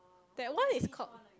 that one is called